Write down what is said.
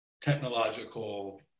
technological